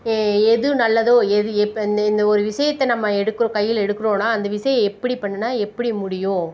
எது நல்லதோ எது எப்போ இந்த இந்த ஒரு விஷயத்த நம்ம எடுக்கிறோம் கையில் எடுக்கிறோன்னா அந்த விஷயம் எப்படி பண்ணின்னா எப்படி முடியும்